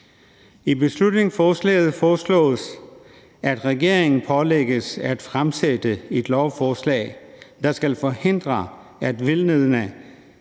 I beslutningsforslaget foreslås, at regeringen pålægges at fremsætte et lovforslag, der skal forhindre, at vildledende